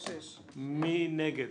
מי נגד?